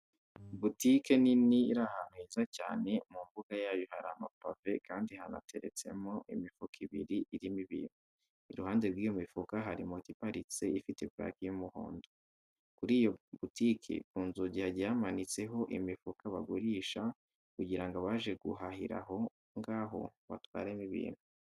Butike nini iri ahantu heza cyane, mu mbuga yayo hari amapave kandi hanateretsemo imifuka ibiri irimo ibintu, iruhande rw'iyo mifuka hari moto ihaparitse ifite purake y'umuhondo. Kuri iyo butike ku nzugi hagiye hamanitseho imifuka bagurisha kugira ngo abaje guhahira aho ngaho batwaremo ibintu.